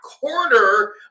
quarter